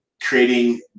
creating